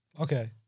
Okay